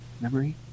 memory